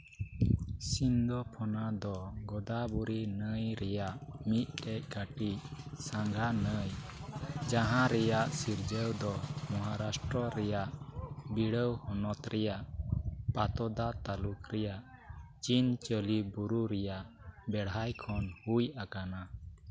ᱥᱤᱱᱫᱷᱳ ᱯᱷᱚᱱᱟ ᱫᱚ ᱜᱳᱫᱟᱵᱚᱨᱤ ᱱᱟᱹᱭ ᱨᱮᱭᱟᱜ ᱢᱤᱫ ᱨᱮ ᱠᱟᱹᱴᱤᱡ ᱥᱟᱸᱜᱷᱟ ᱱᱟᱹᱭ ᱡᱟᱦᱟᱸ ᱨᱮᱭᱟᱜ ᱥᱤᱨᱡᱟᱹᱣ ᱫᱚ ᱢᱚᱦᱟᱨᱟᱥᱴᱨᱚ ᱨᱮᱭᱟᱜ ᱵᱷᱤᱲᱟᱹᱣ ᱦᱚᱱᱚᱛ ᱨᱮᱭᱟᱜ ᱯᱟᱛᱳᱫᱟ ᱛᱟᱹᱞᱩᱠᱷ ᱨᱮᱭᱟᱜ ᱪᱤᱱᱪᱟᱹᱞᱤ ᱵᱩᱨᱩ ᱨᱮᱭᱟᱜ ᱵᱮᱲᱦᱟᱭ ᱠᱷᱚᱱ ᱦᱩᱭ ᱟᱠᱟᱱᱟ